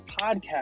podcast